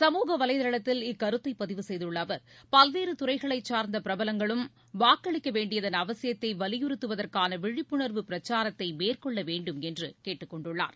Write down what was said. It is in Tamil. சமூக வலைதளத்தில் இக்கருத்தை பதிவு செய்துள்ள அவா் பல்வேறு துறைகளைச் சாா்ந்த பிரபலங்களும் வாக்களிக்க வேண்டியதன் அவசியத்தை வலியுறுத்துவதற்கான விழிப்புணா்வு பிரச்சாரத்தை மேற்கொள்ள வேண்டும் என்று கேட்டுக்கொண்டுள்ளார்